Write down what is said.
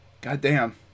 Goddamn